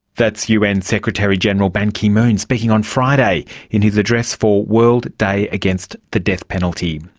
that's un secretary-general ban ki-moon speaking on friday in his address for world day against the death penalty.